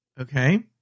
Okay